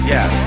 Yes